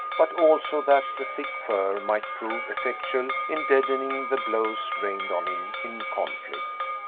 but also that the thick fur might prove effectual in deadening the blows rained on him in conflict.